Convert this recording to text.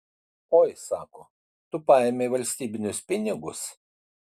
oi sako tu paėmei valstybinius pinigus